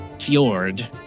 fjord